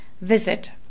visit